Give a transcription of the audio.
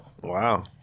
Wow